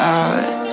out